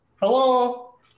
Hello